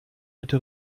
bitte